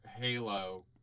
Halo